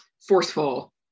forceful